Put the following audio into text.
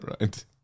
right